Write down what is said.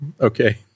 okay